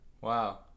Wow